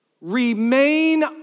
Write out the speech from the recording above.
remain